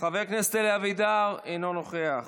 חבר הכנסת אלי אבידר, אינו נוכח.